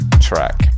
track